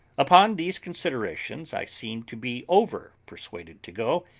upon these considerations i seemed to be over-persuaded to go,